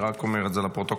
אני רק אומר את זה לפרוטוקול.